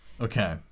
Okay